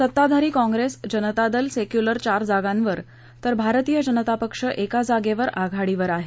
सत्ताधारी काँप्रेस जनता दल सेक्यूलर चार जागांवर तर भारतीय जनता पक्ष एका जागेवर आघाडीवर आहे